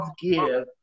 give